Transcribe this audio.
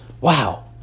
wow